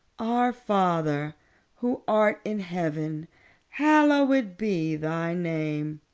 our father who art in heaven hallowed be thy name